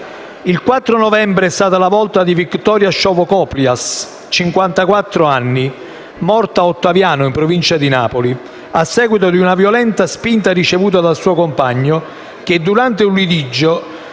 Il 4 novembre è stata la volta di Viktoria Shovkoplyas, cinquantaquattro anni, morta a Ottaviano, in provincia di Napoli, a seguito di una violenta spinta ricevuta dal suo compagno, durante un litigio: